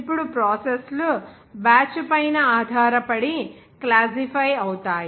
ఇప్పుడు ప్రాసెస్ లు బ్యాచ్ పైన ఆధారపడి క్లాసిఫై అవుతాయి